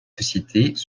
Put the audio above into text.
sociétés